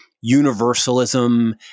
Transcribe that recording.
universalism